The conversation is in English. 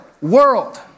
world